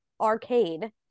arcade